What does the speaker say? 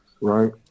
Right